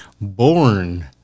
born